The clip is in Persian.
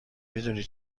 میدونی